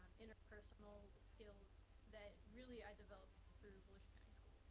interpersonal skills that really i developed through volusia county schools.